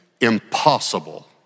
impossible